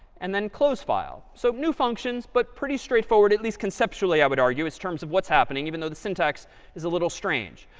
and then close file. so new functions but pretty straightforward at least, conceptually, i would argue. it's terms of what's happening even though the syntax is a little strange.